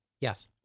Yes